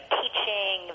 teaching